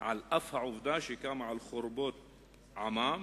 על אף העובדה שקמה על חורבות עמם,